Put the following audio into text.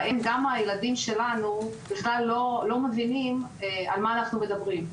בהם גם הילדים שלנו בכלל לא מבינים על מה אנחנו מדברים,